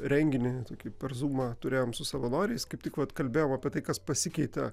renginį tokį per zūmą turėjom su savanoriais kaip tik vat kalbėjau apie tai kas pasikeitė